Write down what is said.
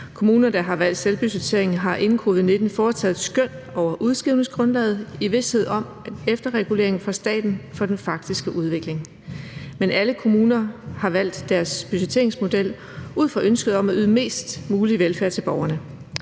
Kommuner, der har valgt selvbudgettering, har inden covid-19 foretaget et skøn over udskrivningsgrundlaget i vished om en efterregulering fra staten for den faktiske udvikling. Men alle kommuner har valgt deres budgetteringsmodel ud fra ønsket om at yde mest mulig velfærd til borgerne.